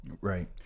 right